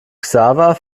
xaver